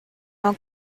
mewn